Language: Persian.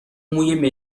موی